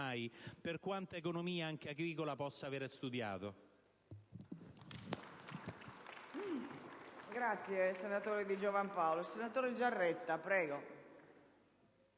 per quanta economia, anche agricola, possa aver studiato.